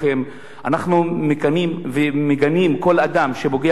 אנחנו מגנים כל אדם שפוגע במקומות הקדושים,